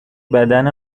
بدن